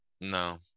No